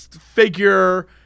figure